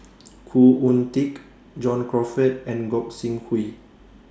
Khoo Oon Teik John Crawfurd and Gog Sing Hooi